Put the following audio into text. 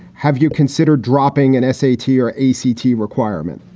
have you considered dropping an essay to your a c t. requirement?